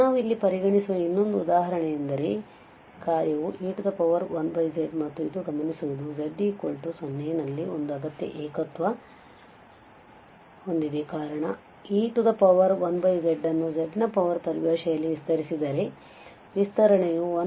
ನಾವು ಇಲ್ಲಿ ಪರಿಗಣಿಸುವ ಇನ್ನೊಂದು ಉದಾಹರಣೆಯೆಂದರೆ ಈ ಕಾರ್ಯ e1z ಮತ್ತು ಇದು ಗಮನಿಸುವುದು z 0 ನಲ್ಲಿ ಒಂದು ಅಗತ್ಯ ಏಕತ್ವ ಹೊಂದಿದೆ ಕಾರಣ e1z ಅನ್ನು z ನ ಪವರ್ ಪರಿಭಾಷೆಯಲ್ಲಿ ವಿಸ್ತರಿಸಿದರೆ ವಿಸ್ತರಣೆಯು 11z12